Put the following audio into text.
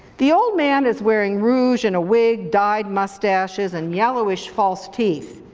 the old man is wearing rouge and a wig, dyed mustaches, and yellowish false teeth.